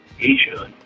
Asia